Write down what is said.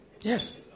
Yes